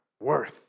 worth